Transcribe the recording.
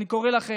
אני קורא לכם: